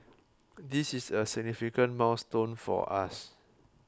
this is a significant milestone for us